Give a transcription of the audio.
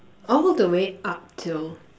all the way up till